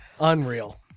Unreal